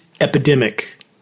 epidemic